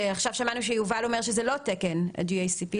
עכשיו שמענו שיובל אומר שזה לא תקן ה-GACP.